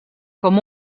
com